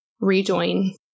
rejoin